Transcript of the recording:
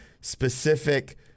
specific